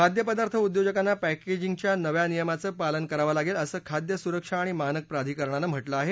खाद्यपदार्थ उद्योजकांना पॅकेजिंग च्या नव्या नियमांचं पालन करावं लागेल असं खाद्य सुरक्षा आणि मानके प्राधिकरणाने म्हटलं आहे